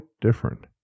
different